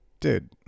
dude